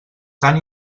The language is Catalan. tan